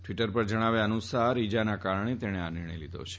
Twitter પર જણાવ્યા અનુસાર ઈજાના કારણે તેણે આ નિર્ણય લીધો છે